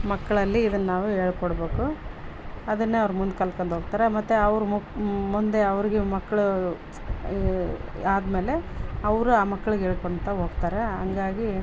ಮಕ್ಕಳಲ್ಲಿ ಇದನ್ನ ನಾವು ಹೇಳ್ಕೊಡ್ಬೇಕು ಅದನ್ನೇ ಅವ್ರು ಮುಂದೆ ಕಲಿತ್ಕೊಂಡ್ ಹೋಗ್ತಾರೆ ಮತ್ತು ಅವ್ರು ಮುಂದೆ ಅವ್ರಿಗೆ ಮಕ್ಳು ಆದಮೇಲೆ ಅವ್ರು ಆ ಮಕ್ಳಿಗೆ ಹೇಳ್ಕೊತ ಹೋಗ್ತಾರೆ ಹಂಗಾಗಿ